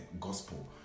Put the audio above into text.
gospel